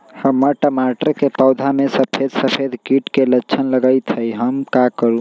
हमर टमाटर के पौधा में सफेद सफेद कीट के लक्षण लगई थई हम का करू?